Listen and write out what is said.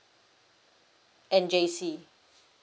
and j_c